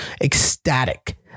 ecstatic